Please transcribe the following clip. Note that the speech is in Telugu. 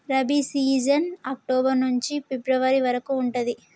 రబీ సీజన్ అక్టోబర్ నుంచి ఫిబ్రవరి వరకు ఉంటది